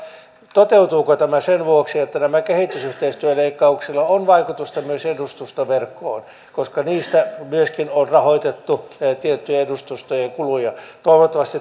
toteutuuko tämä sen vuoksi että näillä kehitysyhteistyöleikkauksilla on vaikutusta myös edustustoverkkoon koska niistä myöskin on rahoitettu tiettyjen edustustojen kuluja toivottavasti